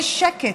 יש שקט.